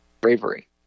bravery